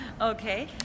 Okay